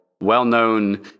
well-known